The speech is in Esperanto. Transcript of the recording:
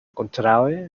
kontraŭe